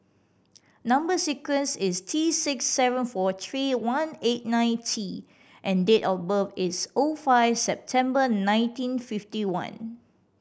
number sequence is T six seven four three one eight nine T and date of birth is O five September nineteen fifty one